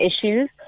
issues